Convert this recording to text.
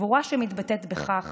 גבורה שמתבטאת בכך